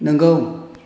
नंगौ